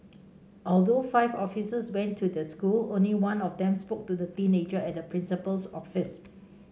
although five officers went to the school only one of them spoke to the teenager at the principal's office